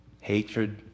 Hatred